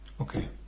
Okay